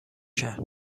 کرد